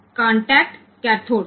તો આ ખોટું છે